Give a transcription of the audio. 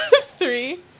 Three